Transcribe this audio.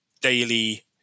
daily